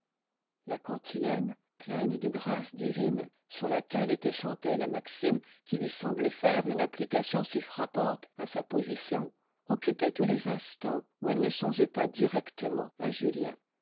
la cantilène pleine d'une grâce divine sur laquelle était chantée la maxime qui lui semblait faire une application si frappante à sa position occupait tous les instants où elle ne songeait pas directement à julien